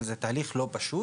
אבל זה תהליך לא פשוט.